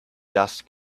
dust